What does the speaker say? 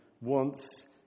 wants